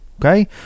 Okay